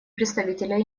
представителя